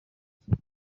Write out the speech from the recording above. kigo